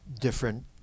different